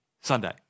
Sunday